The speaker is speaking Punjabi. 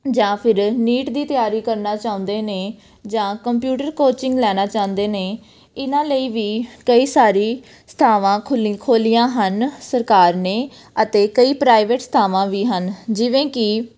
ਜਾਂ ਫਿਰ ਨੀਟ ਦੀ ਤਿਆਰੀ ਕਰਨਾ ਚਾਹੁੰਦੇ ਨੇ ਜਾਂ ਕੰਪਿਊਟਰ ਕੋਚਿੰਗ ਲੈਣਾ ਚਾਹੁੰਦੇ ਨੇ ਇਹਨਾਂ ਲਈ ਵੀ ਕਈ ਸਾਰੀ ਥਾਵਾਂ ਖੁੱਲ੍ਹੀ ਖੋਲ੍ਹੀਆਂ ਹਨ ਸਰਕਾਰ ਨੇ ਅਤੇ ਕਈ ਪ੍ਰਾਈਵੇਟ ਥਾਵਾਂ ਵੀ ਹਨ ਜਿਵੇਂ ਕਿ